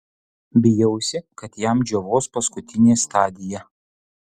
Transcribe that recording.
bijausi kad jam džiovos paskutinė stadija